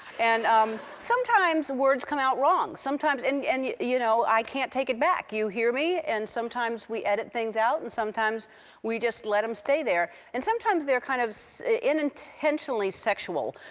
and um sometimes words come out wrong. sometimes, and and you you know, i can't take it back. you hear me and sometimes we edit things out and sometimes we just let them stay there. and sometimes they're kind of in-intentionally sexual.